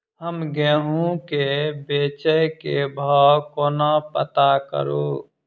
हम गेंहूँ केँ बेचै केँ भाव कोना पत्ता करू?